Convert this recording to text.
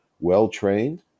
well-trained